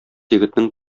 егетнең